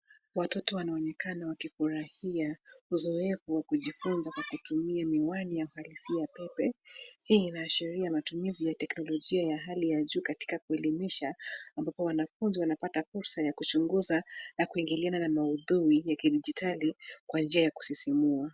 Watoto wanaonekana wakifurahia uzoefu wa kujifunza kwa kutumia miwani ya uhalisia pepe. Hii inaashiria matumizi ya teknolojia ya hali ya juu katika kuelimisha ambapo wanafunzi wanapata fursa ya kuchunguza na kuingililiana na maudhui ya kidijitali kwa njia ya kusisimua.